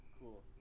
Cool